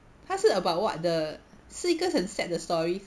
他是 about what 的是一个很 sad 的 story